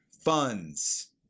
funds